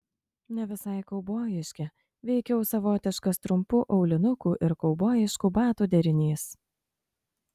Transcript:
ne visai kaubojiški veikiau savotiškas trumpų aulinukų ir kaubojiškų batų derinys